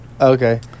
Okay